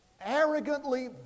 arrogantly